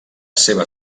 seva